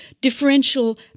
Differential